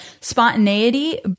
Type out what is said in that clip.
spontaneity